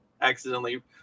accidentally